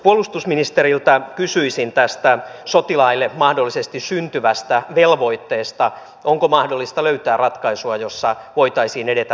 puolustusministeriltä kysyisin tästä sotilaille mahdollisesti syntyvästä velvoitteesta ja siitä onko mahdollista löytää ratkaisua jossa voitaisiin edetä vapaaehtoisuuden kautta